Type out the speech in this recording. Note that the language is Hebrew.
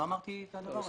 לא אמרתי את הדבר הזה.